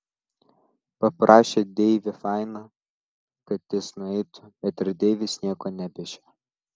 paprašė deivį fainą kad jis nueitų bet ir deivis nieko nepešė